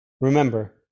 Remember